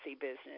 business